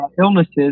illnesses